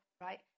right